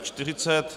40.